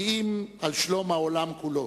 כי אם על שלום העולם כולו.